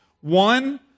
One